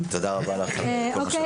תודה רבה לך על כל הפעילות שלך.